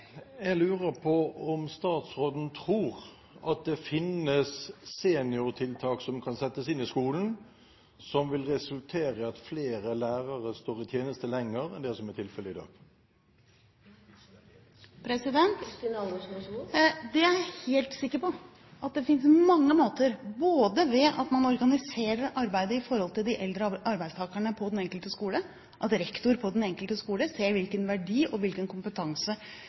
Jeg lurer på om statsråden tror at det finnes seniortiltak som kan settes inn i skolen, som vil resultere i at flere lærere står i tjeneste lenger enn det som er tilfellet i dag. Jeg er helt sikker på at det finnes mange måter – både ved at man organiserer arbeidet for de eldre arbeidstakerne på den enkelte skole, at rektor på den enkelte skole ser hvilken verdi og hvilken kompetanse